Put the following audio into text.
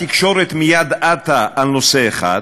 התקשורת מייד עטה על נושא אחד,